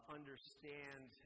understand